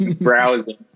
browsing